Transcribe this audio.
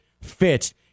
fits